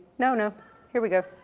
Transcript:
no no here we go,